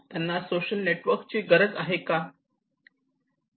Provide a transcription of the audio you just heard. त्यांना social network ची गरज का आहे